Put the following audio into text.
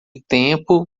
tempo